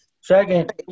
Second